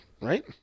right